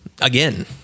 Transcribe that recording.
again